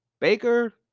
Baker